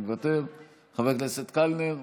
מוותר, חבר הכנסת קלנר,